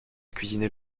cuisiné